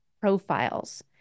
profiles